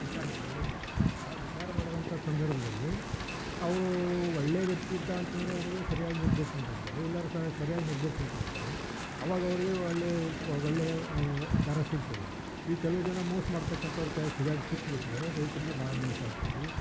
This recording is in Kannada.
ವಿಚಾರ ಮಾಡಲೇ ಬೇಕಾಗ್ತತಿ ಆ ವಿಚಾರ ಮಾಡುವಂಥ ಸಂದರ್ಭದಲ್ಲಿ ಅವ್ರು ಒಳ್ಳೆಯ ವ್ಯಕ್ತಿ ಇದ್ದ ಅಂತಂದರೆ ಅವರಿಗೆ ಸರಿಯಾಗಿ ನಿರ್ದೇಶನ ಕೊಡ್ತಾರೆ ಇಲ್ಲರೆ ಸರ್ಯಾಗಿ ನಿರ್ದೇಶನ ಕೊಡ್ತಾರೆ ಅವಾಗ ಅವರಿಗೆ ಒಳ್ಳೆಯ ಒಳ್ಳೆಯ ದರ ಸಿಗ್ತದೆ ಈ ಕೆಲವು ಜನ ಮೋಸ ಮಾಡ್ತಕ್ಕಂಥವ್ರು ಕೈಯಾಗೆ ಸಿಕಾಗ್ ಸಿಕ್ಬಿಟ್ರೆ ರೈತರಿಗೆ ಭಾಳ ಮೋಸ ಆಗ್ತತಿ